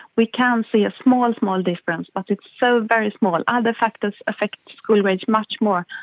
we can see a small, and small difference, but it's so very small. other factors affect school grades much more,